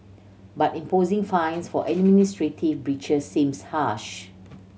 but imposing fines for administrative breaches seems harsh